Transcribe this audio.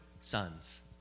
sons